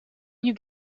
you